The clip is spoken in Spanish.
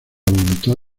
voluntad